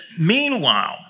meanwhile